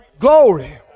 Glory